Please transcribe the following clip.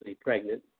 pregnant